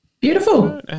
Beautiful